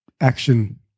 action